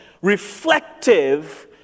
reflective